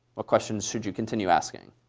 what questions should you continue asking?